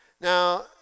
Now